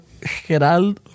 Geraldo